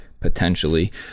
potentially